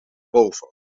boven